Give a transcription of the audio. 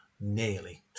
nearly